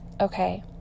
Okay